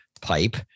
pipe